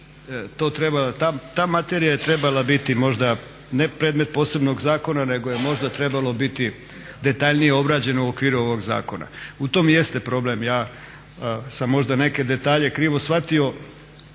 ta materija je trebala biti možda ne predmet posebnog zakona nego je možda trebalo biti detaljnije obrađeno u okviru ovog zakona. U tom jeste problem. Ja sam možda neke detalje krivo shvatio,